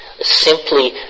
simply